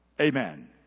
Amen